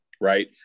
Right